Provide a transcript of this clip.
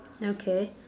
okay